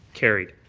carried.